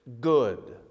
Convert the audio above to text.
good